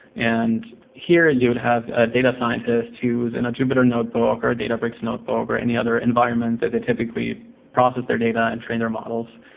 and here and you would have a data scientists who's in a jupyter notebook or a databricks notebook or any other environment that they typically process their data and train their models.